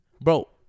bro